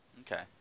Okay